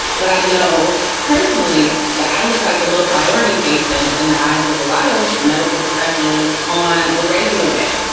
but i know personally that i look like a low priority patient in the eyes of a lot of medical professionals on a regular day,